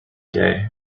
day